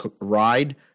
ride